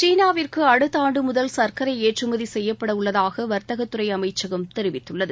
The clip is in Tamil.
சீனாவிற்கு அடுத்த ஆண்டு முதல் சர்க்கரை ஏற்றுமதி செய்யப்படவுள்ளதாக வர்த்தகத்துறை அமைச்சகம் தெரிவித்துள்ளது